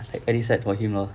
like very sad for him uh